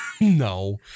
No